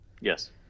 Yes